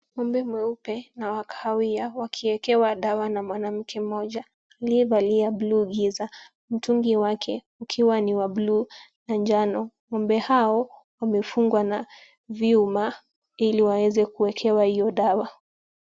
Ng'ombe mweupe na wa kahawia wakiwekewa dawa na mwanamke mmoja, aliyevaa buluu giza, mtungi wake ukiwa ni wa buluu na manjano. Ng'ombe hao wamefungwa na vyuma ili waweze kuwekewa hiyo dawa.